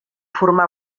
formar